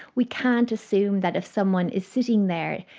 we can't assume that if someone is sitting there,